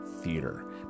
theater